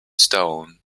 stone